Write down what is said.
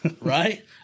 Right